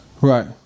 Right